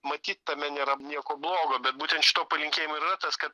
matyt tame nėra nieko blogo bet būtent šito palinkėjimo ir yra tas kad